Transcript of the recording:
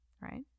right